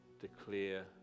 declare